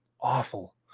awful